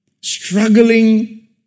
struggling